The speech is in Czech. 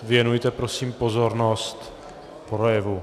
Věnujte prosím pozornost projevu.